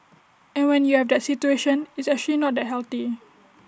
and when you have that situation it's actually not that healthy